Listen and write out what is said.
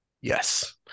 Yes